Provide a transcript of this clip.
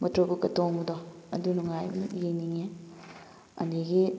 motor ꯕꯣꯠꯀ ꯇꯣꯡꯕꯗꯣ ꯑꯗꯨ ꯅꯨꯡꯉꯥꯏꯅ ꯌꯦꯡꯅꯤꯡꯉꯦ ꯑꯗꯒꯤ